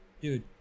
dude